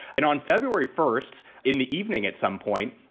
and on february first in the evening, at some point,